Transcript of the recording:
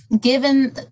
given